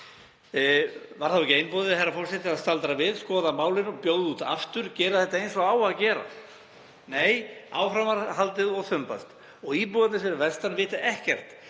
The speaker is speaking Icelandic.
Var þá ekki einboðið, herra forseti, að staldra við, skoða málin og bjóða út aftur, gera þetta eins og á að gera það? Nei, áfram var haldið og þumbast og íbúarnir fyrir vestan vita ekkert